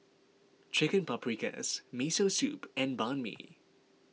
Chicken Paprikas Miso Soup and Banh Mi